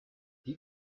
die